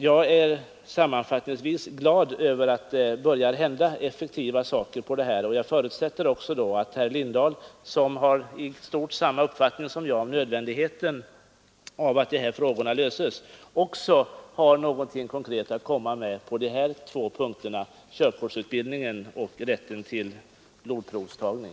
nationalpark och Sammanfattningsvis vill jag säga att jag är glad över att det börjar Pa fågelskyddsområde hända saker på detta område, och jag förutsätter att herr Lindahl — som i stort sett har samma uppfattning som jag beträffande nödvändigheten av att dessa problem löses — också har något konkret att komma med på dessa två punkter, körkortsutbildningen och rätten till blodprovstagning.